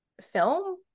film